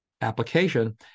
application